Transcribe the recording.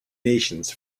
nations